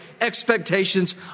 expectations